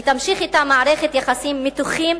ותימשך אתה מערכת היחסים המתוחים,